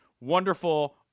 wonderful